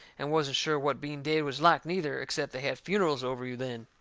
and wasn't sure what being dead was like, neither, except they had funerals over you then.